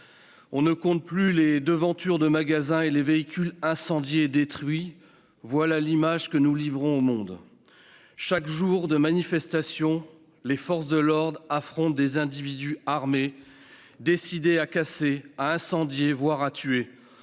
On ne compte plus les devantures de magasins et les véhicules incendiés et détruits. Voilà l'image que nous livrons au monde. Chaque jour de manifestations, les forces de l'ordre affrontent des individus armés, décidés à casser, à incendier, voire à tuer.